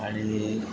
आणि